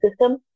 system